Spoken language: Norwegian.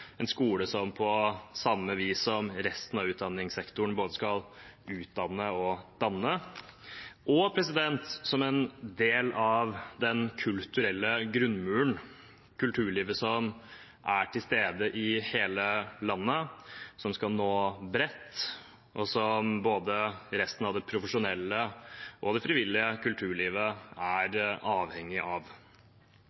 en skole som på samme vis som resten av utdanningssektoren skal utdanne og danne, og som en del av den kulturelle grunnmuren, kulturlivet som er til stede i hele landet, som skal nå bredt, og som resten av det profesjonelle og frivillige kulturlivet er